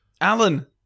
Alan